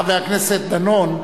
חבר הכנסת דנון,